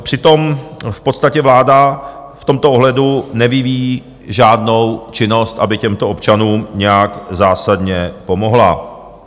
Přitom v podstatě vláda v tomto ohledu nevyvíjí žádnou činnost, aby těmto občanům nějak zásadně pomohla.